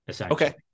Okay